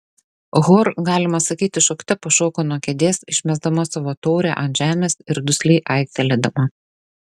hor galima sakyti šokte pašoko nuo kėdės išmesdama savo taurę ant žemės ir dusliai aiktelėdama